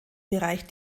bereich